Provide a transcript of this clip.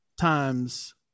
times